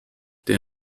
der